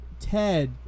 Ted